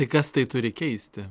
tai kas tai turi keisti